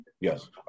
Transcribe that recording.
Yes